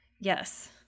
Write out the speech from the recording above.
Yes